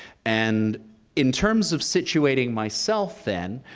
and in terms of situating myself then,